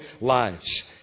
lives